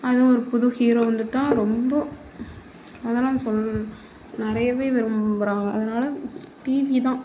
அதுவும் ஒரு புது ஹீரோ வந்துட்டால் ரொம்ப அதெல்லாம் சொல்வது நிறையவே விரும்புகிறாங்க அதனால் டிவி தான்